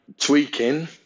tweaking